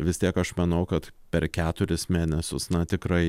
vis tiek aš manau kad per keturis mėnesius na tikrai